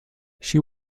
she